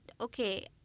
okay